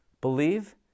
Believe